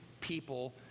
people